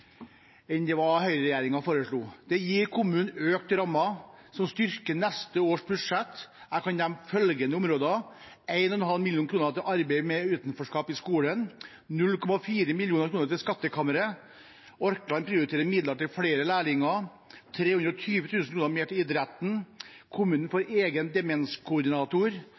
enn høyreregjeringen foreslo. Det gir kommunen økte rammer, som styrker neste års budsjett på følgende områder: 1,5 mill. kr til arbeid mot utenforskap i skolen 0,4 mill. kr til Skattkammeret Orkland prioriterer midler til flere lærlinger 320 000 kr mer til idretten kommunen får egen demenskoordinator